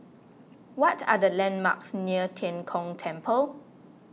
what are the landmarks near Tian Kong Temple